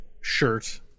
shirt